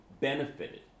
benefited